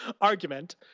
argument